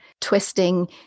twisting